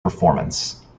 performance